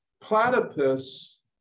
Platypus